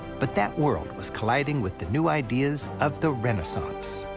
but that world was colliding with the new ideas of the renaissance.